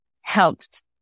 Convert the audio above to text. helped